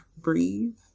breathe